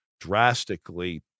drastically